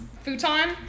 futon